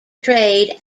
trade